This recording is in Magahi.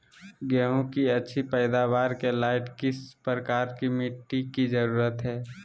गेंहू की अच्छी पैदाबार के लाइट किस प्रकार की मिटटी की जरुरत है?